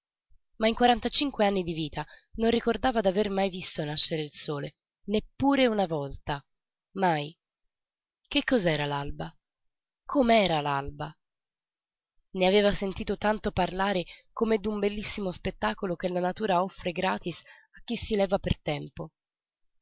ma in quarantacinque anni di vita non ricordava d'aver mai visto nascere il sole neppure una volta mai che cos'era l'alba com'era l'alba ne aveva sentito tanto parlare come d'un bellissimo spettacolo che la natura offre gratis a chi si leva per tempo